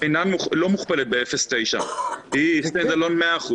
היא לא מוכפלת ב-0.9, היא stand alone 100%,